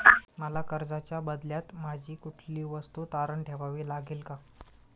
मला कर्जाच्या बदल्यात माझी कुठली वस्तू तारण ठेवावी लागेल का?